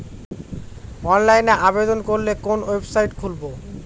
অনলাইনে আবেদন করলে কোন ওয়েবসাইট খুলব?